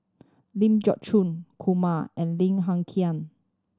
Ling Geok Choon Kumar and Lim Hng Kiang